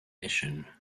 mission